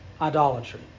idolatry